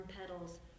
petals